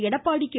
Edappadi K